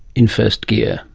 in first gear